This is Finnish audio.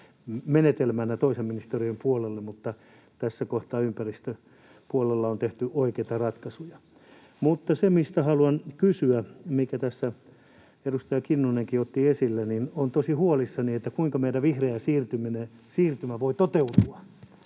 menetelmänä toisen ministe-riön puolelle, mutta tässä kohtaa ympäristöpuolella on tehty oikeita ratkaisuja. Mutta se, mistä haluan kysyä, on se, minkä tässä edustaja Kinnunenkin otti esille. Olen tosi huolissani, kuinka meidän vihreä siirtymä voi toteutua,